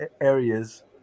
areas